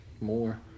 more